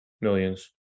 Millions